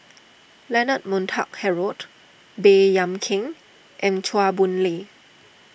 Leonard Montague Harrod Baey Yam Keng and Chua Boon Lay